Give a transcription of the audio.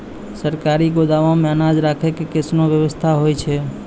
सरकारी गोदाम मे अनाज राखै के कैसनौ वयवस्था होय छै?